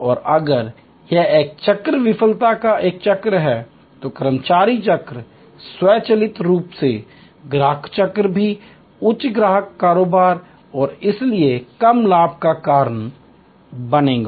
और अगर यह चक्र विफलता का एक चक्र है तो कर्मचारी चक्र स्वचालित रूप से ग्राहक चक्र भी उच्च ग्राहक कारोबार और इसलिए कम लाभ का कारण बनेगा